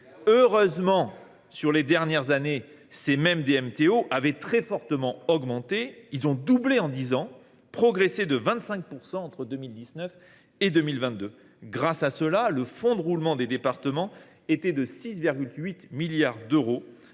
Heureusement, sur les dernières années, ces mêmes DMTO avaient très fortement augmenté : ils ont doublé en dix ans, et progressé de 25 % entre 2019 et 2022. Grâce à cela, le fonds de roulement des départements était de 6,8 milliards d’euros